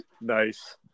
Nice